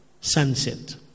sunset